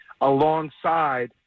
alongside